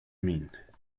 mean